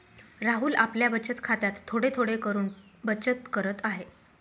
राहुल आपल्या बचत खात्यात थोडे थोडे करून बचत करत आहे